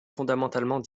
fondamentalement